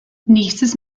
nächstes